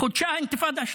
חודשה האינתיפאדה.